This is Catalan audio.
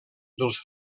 dels